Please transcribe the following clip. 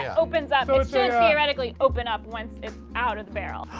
yeah opens up it should theoretically open up once it's out of the barrel.